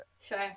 Sure